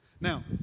Now